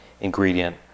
ingredient